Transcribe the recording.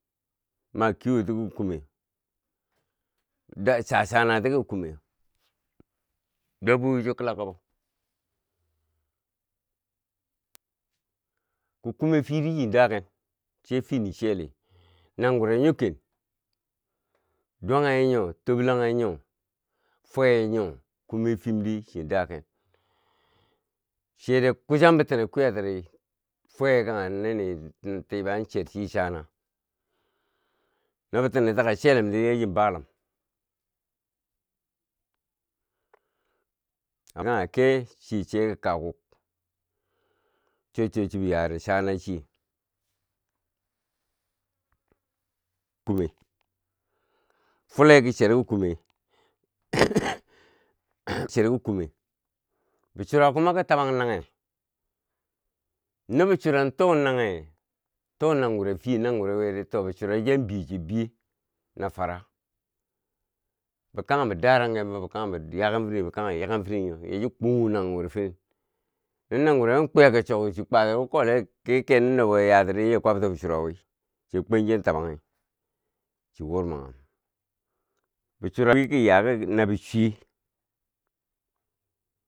Maki woti ki kune da cha, chanati ki kume dabbobi cho kila ka bo, kikume firi chin daken sai fini chyeli. Nangureu nyo ken dwanghe nyo toblangheu nyo fwee nyo kume fimdi chin da ken sai dai kusan bitine kwiya tiri fwee kanghe nini tibe an cherche chana no bi tine taki chelum di ya chin balum kanghe kye che sai ki kakuk cho chuwo chi bi yare chana che kume, fule ki cher ki kume. Cheru ki kume bi chura kuma ki ta bang nanghe, nobi chura to naghe to nangure fiye nangure wiye ri to bi sura chiyan biye chi biye na fara bikaghembo daranghen fo, bi kanghembo yaken firen bi kanghembo yaken firen nyo yachi kukhu nangure firen no nangureu an kwiya ki chok chi kwa ki kole ki keno nubo yatiri, yachi kwabti bi chura wii chii kwen chiin tabanghi, chi wobranghum bi chura ki yaki na bi chiwe.